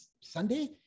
sunday